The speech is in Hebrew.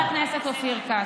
חבר הכנסת אופיר כץ,